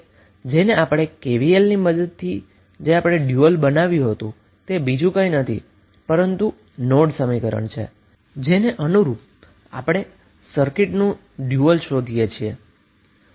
પછી આપણે KCLની મદદથી ડયુઅલ બનાવ્યા જે બીજું કંઈ નથી પરંતુ નોડ સમીકરણ છે અને તેને અનુરૂપ આપણે સર્કિટનું ડયુઅલ શોધ્યુ હતુ